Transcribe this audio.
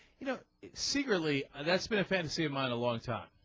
you know it's eagerly that's been fed seam on a long time